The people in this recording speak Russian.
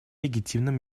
легитимным